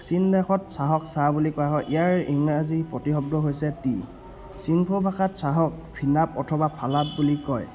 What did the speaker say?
চিনদেশত চাহক চাহ বুলি কোৱা হয় ইয়াৰ ইংৰাজী প্ৰতিশব্দ হৈছে টি চিংফৌ ভাষাত চাহক ভিনাপ অথবা ফালাপ বুলি কয়